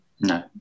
no